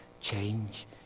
change